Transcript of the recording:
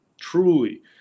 truly